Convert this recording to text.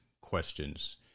questions